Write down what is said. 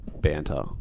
banter